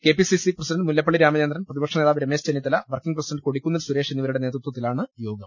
K P CC president Mullappally Ramachandran പ്രതിപക്ഷനേതാവ് Ramesh Chennithala working president Kodikunnil Suresh എന്നിവരുടെ നേതൃത്വത്തിലാണ് യോഗം